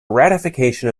ratification